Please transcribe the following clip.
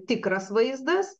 tikras vaizdas